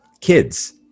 kids